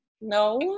No